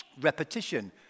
repetition